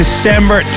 December